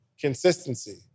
Consistency